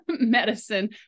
medicine